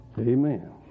amen